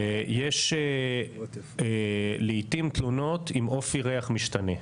יש לעיתים תלונות עם אופי ריח משתנה.